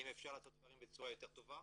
האם אפשר לעשות דברים בצורה יותר טובה?